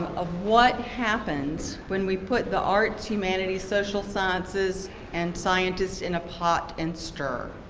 of what happens when we put the arts, humanities, social sciences and scientists in a pot and stir.